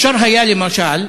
אפשר היה, למשל,